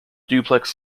duplex